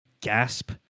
gasp